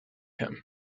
him